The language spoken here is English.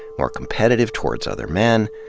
more competitive towards other men,